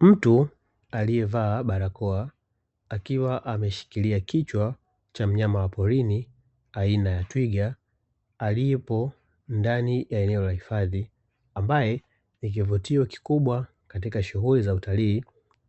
Mtu aliyevaa barakoa, akiwa ameshikilia kichwa cha mnyama wa porini aina ya twiga, aliyepo ndani ya eneo la hifadhi, ambaye ni kivutio kikubwa katika shughuli za utalii,